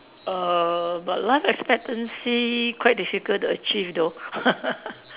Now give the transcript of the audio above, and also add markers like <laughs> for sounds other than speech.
err but life expectancy quite difficult to achieve though <laughs>